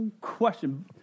question